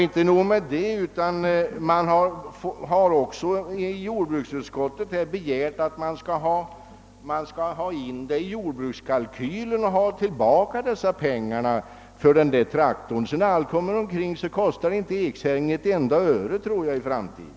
Vidare har man i jordbruksutskottet begärt att avgiften skall ingå i jordbrukskalkylen så att man kan få tillbaka dessa pengar. Så när allt kommer omkring kanske inte det kommer att kosta ekshäringen ett enda öre i framtiden.